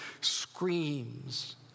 screams